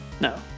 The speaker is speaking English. No